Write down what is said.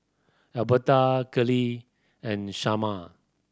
Alberta Kylene and Sharman